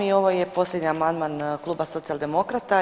I ovo je posljednji amandman kluba Socijaldemokrata.